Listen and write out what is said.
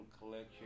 collection